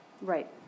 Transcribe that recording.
Right